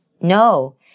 No